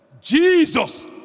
Jesus